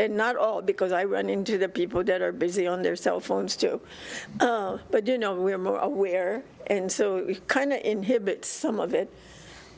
and not all because i run into the people that are busy on their cell phones too but you know we're more aware and so kind to inhibit some of it